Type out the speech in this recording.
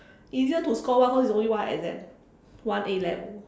easier to score well because it's only one exam one A-level